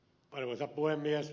arvoisa puhemies